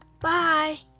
Bye